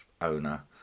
owner